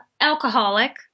Alcoholic